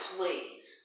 Please